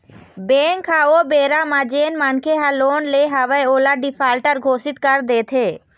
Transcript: bank ह ओ बेरा म जेन मनखे ह लोन ले हवय ओला डिफाल्टर घोसित कर देथे